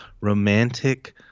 romantic